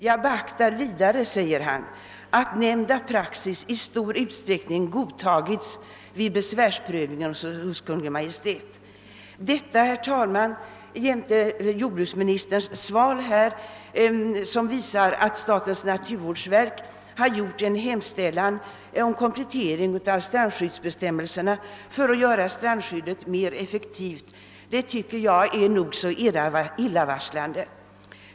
Jag beaktar vidare, att nämnda praxis i stor utsträckning godtagits vid besvärsprövningen hos Kungl. Maj:t.> Detta sistnämnda uttalande herr talman, jämte jordbruksministerns svar, som visar att statens naturvårdsverk har gjort en hemställan om komplettering av strandskyddsbestämmelserna för att göra strandskyddet mer effektivt, tycker jag är nog så illavarslande.